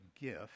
gift